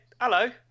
Hello